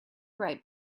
right